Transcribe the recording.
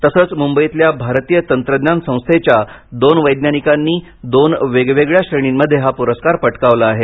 तसंच मुंबईतल्या भारतीय तंत्रज्ञान संस्थेच्या दोन वैज्ञानिकांनी दोन वेगवेगळया श्रेणींमध्ये हा पुरस्कार पटकावला आहे